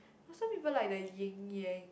got some people like the yin yang